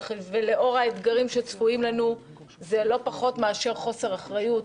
לאור האתגרים שצפויים לנו זה לא פחות מאשר חוסר אחריות.